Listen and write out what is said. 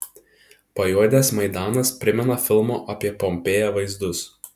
pajuodęs maidanas primena filmo apie pompėją vaizdus